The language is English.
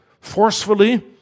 forcefully